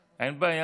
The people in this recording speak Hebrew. שתגיע,